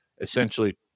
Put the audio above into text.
essentially